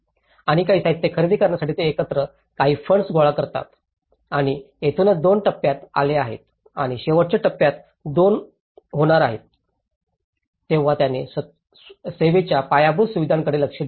आणि काही साहित्य खरेदी करण्यासाठी ते एकत्र काही फंड्स गोळा करतात आणि येथूनच दोन टप्प्यात आले आहेत आणि शेवटच्या टप्प्यात दोन होणार आहेत तेव्हा त्यांनी सेवेच्या पायाभूत सुविधांकडेही लक्ष दिले